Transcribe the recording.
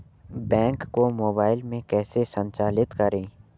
Bank को mobile में कैसे संचालित करें?